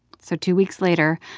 so two weeks later,